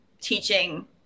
teaching